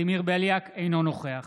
אינו נוכח